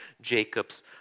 Jacob's